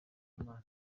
maso